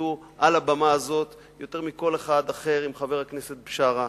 שהתעמתו על הבמה הזאת יותר מכל אחד אחר עם חבר הכנסת בשארה,